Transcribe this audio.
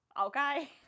Okay